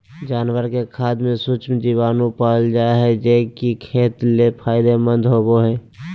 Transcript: जानवर के खाद में सूक्ष्म जीवाणु पाल जा हइ, जे कि खेत ले फायदेमंद होबो हइ